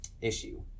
issue